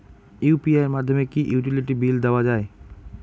UPI এর মাধ্যমে কি ইউটিলিটি বিল দেওয়া যায়?